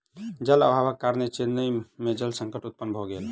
जल अभावक कारणेँ चेन्नई में जल संकट उत्पन्न भ गेल